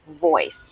voice